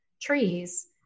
trees